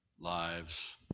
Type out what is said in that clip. lives